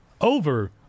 over